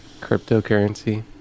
cryptocurrency